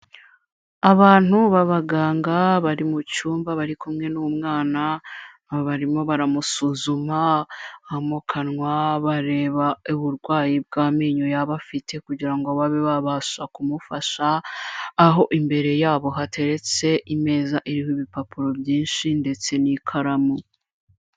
Abantu b'abaganga bari mu cyumba bari kumwe n'umwana barimo baramusuzuma mu kanwa, bareba uburwayi bw'amenyo yaba afite kugira ngo babe babasha kumufasha, aho imbere yabo hateretse imeza iriho ibipapuro byinshi ndetse n'ikaramu.